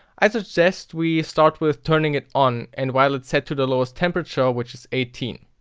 i suggest we start with turning it on and while it's set to the lowest temperature which is eighteen.